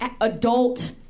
adult